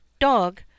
dog